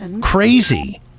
crazy